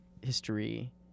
history